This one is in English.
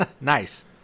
Nice